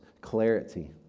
clarity